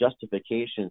justifications